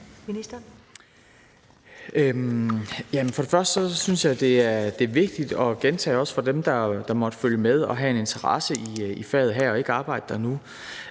og fremmest synes jeg, det er vigtigt at gentage, også for dem, der måtte følge med og har en interesse i faget her, men ikke arbejder der nu,